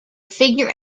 figure